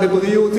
בבריאות,